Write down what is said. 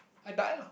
I die lah